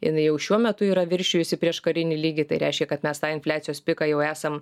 jinai jau šiuo metu yra viršijusi prieškarinį lygį tai reiškia kad mes tą infliacijos piką jau esam